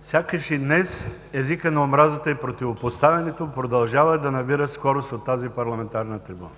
Сякаш и днес езикът на омразата и противопоставянето продължава да набира скорост от тази парламентарна трибуна.